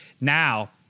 now